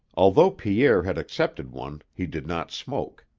although pierre had accepted one, he did not smoke.